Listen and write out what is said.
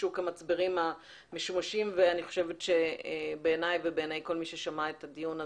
בשוק המצברים המשומשים ואני חושבת שבעיניי ובעיני כל מי ששמע את הדיון,